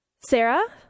Sarah